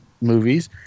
movies